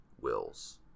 Wills